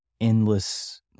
endless